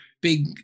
big